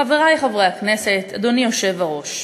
חברי חברי הכנסת, אדוני היושב-ראש,